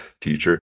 teacher